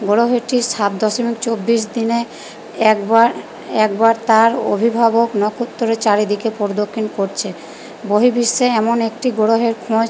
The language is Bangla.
গ্রহটি সাত দশমিক চব্বিশ দিনে একবার একবার তার অভিভাবক নক্ষত্রের চারিদিকে প্রদক্ষিণ করছে বহির্বিশ্বে এমন একটি গ্রহের খোঁজ